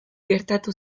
gertatu